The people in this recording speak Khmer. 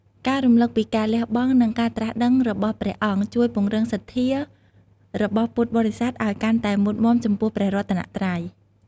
ការរំលឹកពីការលះបង់ និងការត្រាស់ដឹងរបស់ព្រះអង្គ ជួយពង្រឹងសទ្ធា របស់ពុទ្ធបរិស័ទឱ្យកាន់តែមុតមាំចំពោះព្រះរតនត្រ័យ។